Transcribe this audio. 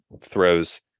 throws